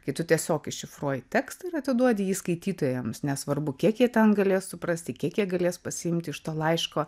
kai tu tiesiog iššifruoji tekstą ir atiduodi jį skaitytojams nesvarbu kiek jie ten galės suprasti kiek jie galės pasiimti iš to laiško